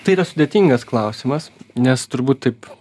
tai yra sudėtingas klausimas nes turbūt taip